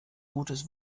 gutes